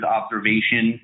observation